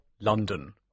London